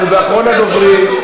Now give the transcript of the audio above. אנחנו באחרון הדוברים.